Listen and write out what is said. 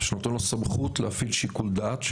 שנותן לו סמכות להפעיל שיקול דעת,